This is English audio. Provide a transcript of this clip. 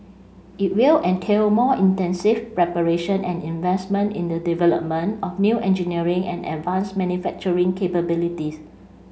it will entail more intensive preparation and investment in the development of new engineering and advanced manufacturing capabilities